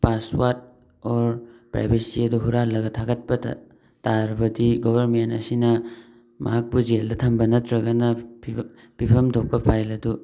password or privacy ꯑꯗꯨ ꯍꯨꯔꯥꯜꯂꯒ ꯊꯥꯒꯠꯄ ꯇꯥꯔꯕꯗꯤ ꯒꯣꯕꯔꯟꯃꯦꯟ ꯑꯁꯤꯅ ꯃꯍꯥꯛꯄꯨ ꯖꯦꯜꯗ ꯊꯝꯕ ꯅꯠꯇ꯭ꯔꯒꯅ ꯄꯤꯐꯝ ꯄꯤꯐꯝ ꯊꯣꯛꯄ ꯐꯥꯏꯜ ꯑꯗꯨ